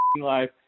life